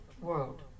world